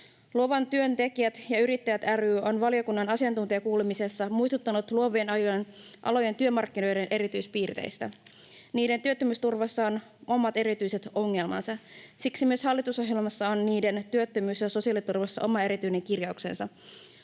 Luovan työn tekijät ja yrittäjät ry on valiokunnan asiantuntijakuulemisessa muistuttanut luovien alojen työmarkkinoiden erityispiirteistä. Niiden työttömyysturvassa on omat erityiset ongelmansa. Siksi myös hallitusohjelmassa on niiden työttömyys- ja sosiaaliturvasta oma erityinen kirjauksensa.